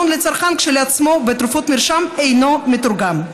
העלון לצרכן עצמו בתרופות מרשם אינו מתורגם.